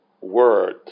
word